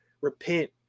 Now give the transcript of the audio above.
repent